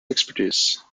expertise